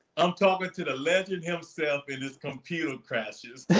i'm talking to the legend himself and his computer crashes.